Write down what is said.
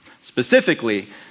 specifically